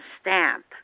stamp